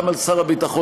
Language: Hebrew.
גם על שר הביטחון,